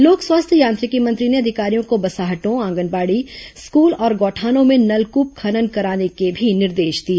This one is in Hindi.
लोक स्वास्थ्य यांत्रिकी मंत्री ने अधिकारियों को बसाहटों आंगनबाड़ी स्कूल और गौठानों में नलकूप खनन कराने के भी निर्देश दिए